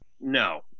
no